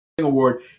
award